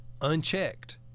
unchecked